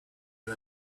you